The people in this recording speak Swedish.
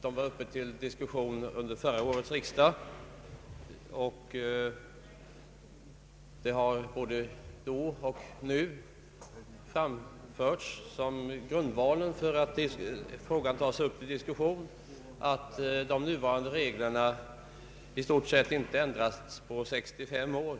Frågan var uppe till diskussion under förra årets riksdag, och det har både då och nu framförts som grundval för att frågan tas upp till diskussion att de nuvarande reglerna i stort sett inte ändrats på 65 år.